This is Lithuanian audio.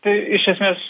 tai iš esmės